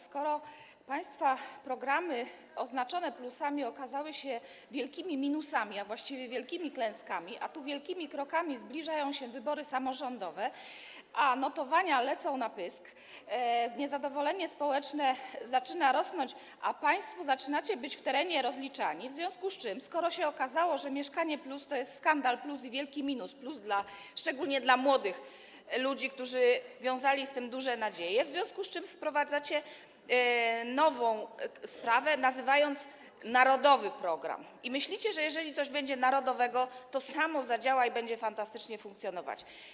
Skoro państwa programy oznaczone plusami okazały się wielkimi minusami, a właściwie wielkimi klęskami, a tu wielkimi krokami zbliżają się wybory samorządowe, notowania lecą na pysk, niezadowolenie społeczne zaczyna rosnąć, a państwo zaczynacie być rozliczani w terenie, skoro się okazało, że „Mieszkanie+” to jest skandal+ i wielki minus+, szczególnie dla młodych ludzi, którzy wiązali z tym duże nadzieje, wprowadzacie nową sprawę, nazywając to narodowym programem, i myślicie, że jeżeli coś będzie narodowe, to samo zadziała i będzie fantastycznie funkcjonować.